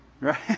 Right